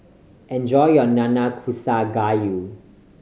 enjoy your Nanakusa Gayu